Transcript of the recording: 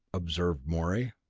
observed morey.